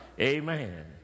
amen